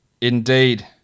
Indeed